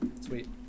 Sweet